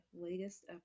latest